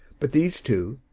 but these two,